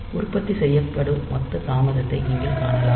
உற்பத்தி செய்யப்படும் மொத்த தாமதத்தை நீங்கள் காணலாம்